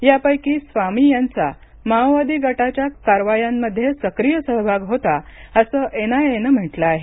यापैकी स्वामी यांचा माओवादी गटाच्या कारवायांमध्ये सक्रिय सहभाग होता असं एनआयए नं म्हटलं आहे